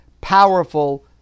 powerful